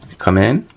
come in,